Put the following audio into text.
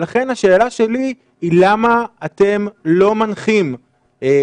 לכן השאלה שלי היא למה אתם לא מנחים מיד לבדוק